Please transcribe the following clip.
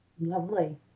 Lovely